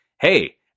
hey